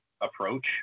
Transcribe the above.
approach